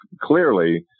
clearly